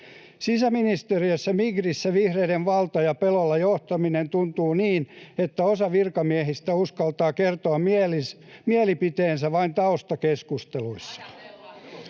Sisäministeriössä Migrissä vihreiden valta ja pelolla johtaminen tuntuvat niin, että osa virkamiehistä uskaltaa kertoa mielipiteensä vain taustakeskusteluissa.